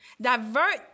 Divert